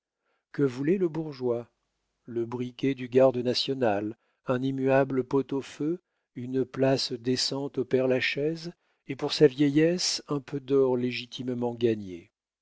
que voulait le bourgeois le briquet du garde national un immuable pot-au-feu une place décente au père-lachaise et pour sa vieillesse un peu d'or légitimement gagné